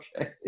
okay